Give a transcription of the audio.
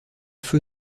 feu